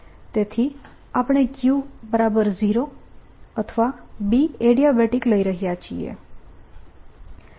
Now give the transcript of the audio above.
તેથી આપણે Q0 slide સમયનો સંદર્ભ લો 2139 અથવા Badiabatic લઈ રહયા છીએ